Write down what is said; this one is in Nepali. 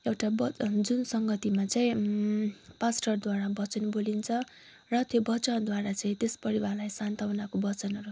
एउटा वचन जुन संगतिमा चाहिँ पास्टरद्वारा वचन बोलिन्छ र त्यो वचनद्वारा चाहिँ त्यस परिवारलाई सान्त्वनाको वचनहरू